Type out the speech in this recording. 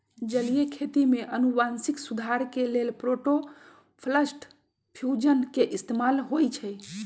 जलीय खेती में अनुवांशिक सुधार के लेल प्रोटॉपलस्ट फ्यूजन के इस्तेमाल होई छई